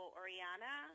oriana